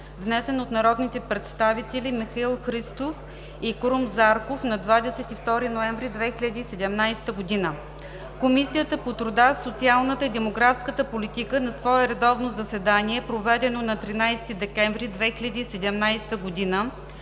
внесен от народните представители Михаил Христов и Крум Зарков на 22 ноември 2017 г. Комисията по труда, социалната и демографската политика на свое редовно заседание, проведено на 13 декември 2017 г.,